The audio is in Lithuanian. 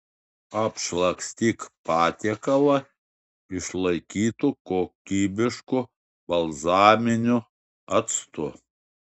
apšlakstyk patiekalą išlaikytu kokybišku balzaminiu actu